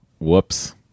Whoops